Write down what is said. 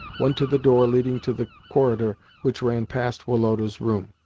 went to the door leading to the corridor which ran past woloda's room.